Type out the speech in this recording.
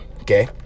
okay